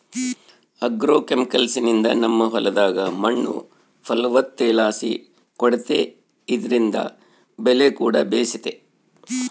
ಆಗ್ರೋಕೆಮಿಕಲ್ಸ್ನಿಂದ ನಮ್ಮ ಹೊಲದಾಗ ಮಣ್ಣು ಫಲವತ್ತತೆಲಾಸಿ ಕೂಡೆತೆ ಇದ್ರಿಂದ ಬೆಲೆಕೂಡ ಬೇಸೆತೆ